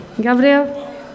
gabriel